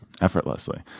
Effortlessly